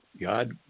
God